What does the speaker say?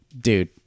Dude